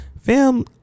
fam